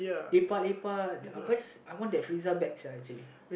lepak lepak because I want that Friza back sia actually